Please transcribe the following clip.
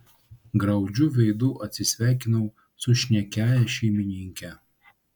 graudžiu veidu atsisveikinau su šnekiąja šeimininke